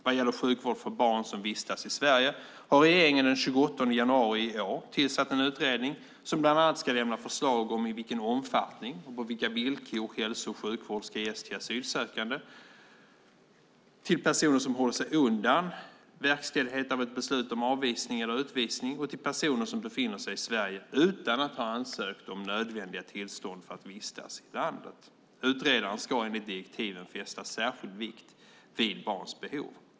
Vad gäller sjukvård för barn som vistas i Sverige, har regeringen den 28 januari i år tillsatt en utredning som bland annat ska lämna förslag om i vilken omfattning och på vilka villkor hälso och sjukvård ska ges till asylsökande, till personer som håller sig undan verkställighet av ett beslut om avvisning eller utvisning och till personer som befinner sig i Sverige utan att ha ansökt om nödvändiga tillstånd för att vistas i landet. Utredaren ska enligt direktiven fästa särskild vikt vid barns behov.